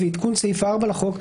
ועדכון סעיף 4 לחוק,